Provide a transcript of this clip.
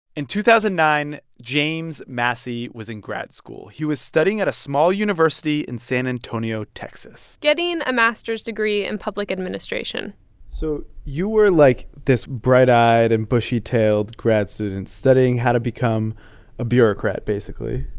in two thousand and nine, james massey was in grad school. he was studying at a small university in san antonio, texas getting a master's degree in public administration so you were, like, this bright-eyed and bushy-tailed grad student studying how to become a bureaucrat, basically